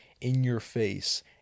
in-your-face